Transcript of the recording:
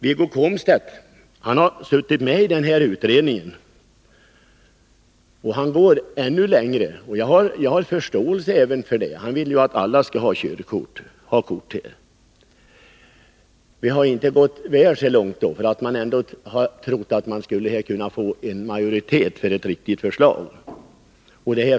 Wiggo Komstedt har suttit med i denna utredning, och han går ännu längre —- vilket jag har förståelse för. Han vill att alla mopedister skall ha mopedkort. Vi har inte gått fullt så långt, eftersom vi har hoppats att ändå få majoritet för ett riktigt förslag.